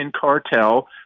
cartel